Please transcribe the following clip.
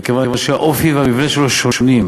מכיוון שהאופי והמבנה שלו שונים,